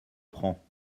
prends